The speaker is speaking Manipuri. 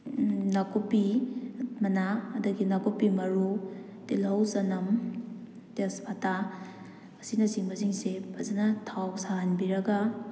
ꯅꯥꯀꯨꯞꯄꯤ ꯃꯅꯥ ꯑꯗꯒꯤ ꯅꯥꯀꯨꯞꯄꯤ ꯃꯔꯨ ꯇꯤꯜꯍꯧ ꯆꯅꯝ ꯇꯦꯖꯄꯇꯥ ꯑꯁꯤꯅꯆꯤꯡꯕꯁꯤꯡꯁꯦ ꯐꯖꯅ ꯊꯥꯎ ꯁꯥꯍꯟꯕꯤꯔꯒ